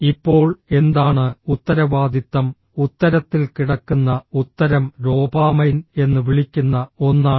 ഇപ്പോൾ എന്താണ് ഉത്തരവാദിത്തം ഉത്തരത്തിൽ കിടക്കുന്ന ഉത്തരം ഡോപാമൈൻ എന്ന് വിളിക്കുന്ന ഒന്നാണ്